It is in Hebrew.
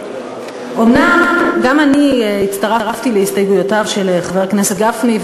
אומנם גם אני הצטרפתי להסתייגויותיו של חבר הכנסת גפני,